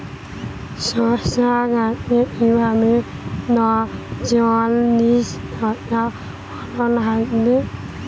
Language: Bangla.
শশা গাছে কিভাবে জলদি শশা ফলন আসবে?